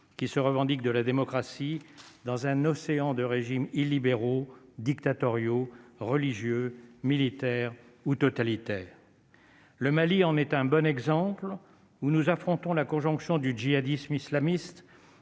qui se revendiquent de la démocratie dans un océan de régimes illibéraux dictatoriaux religieux, militaire ou totalitaire. Le Mali en est un bon exemple où nous affrontons la conjonction du djihadisme islamiste